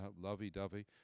lovey-dovey